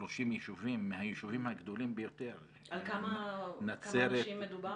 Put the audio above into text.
30 ישובים מהיישובים הגדולים ביותר --- על כמה אנשים מדובר?